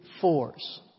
force